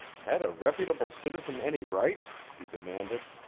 had a reputable citizen any rights, he demanded?